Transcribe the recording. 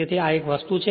તેથી આ એક વસ્તુ છે